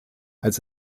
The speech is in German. als